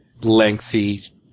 lengthy